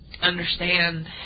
understand